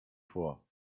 vor